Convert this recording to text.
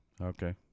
Okay